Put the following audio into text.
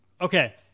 Okay